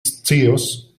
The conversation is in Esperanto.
scios